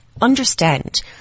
understand